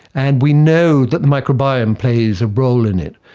and we know that the microbiome plays a role in it,